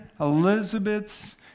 Elizabeth's